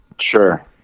Sure